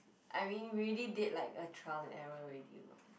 I mean we already did like a trial and error already [what]